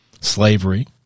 Slavery